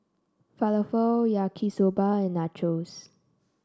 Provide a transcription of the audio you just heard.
Falafel Yaki Soba and Nachos